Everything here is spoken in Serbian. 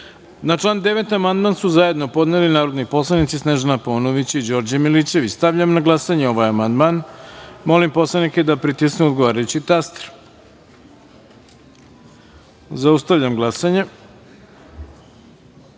član 10. amandman su zajedno podneli narodni poslanici Snežana Paunović i Đorđe Milićević. Stavljam na glasanje ovaj amandman. Molim narodne poslanike da pritisnu odgovarajući taster. Zaustavljam glasanje: